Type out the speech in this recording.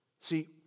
See